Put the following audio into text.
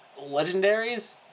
legendaries